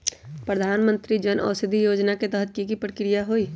प्रधानमंत्री जन औषधि योजना के तहत की की प्रक्रिया होई?